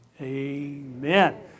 Amen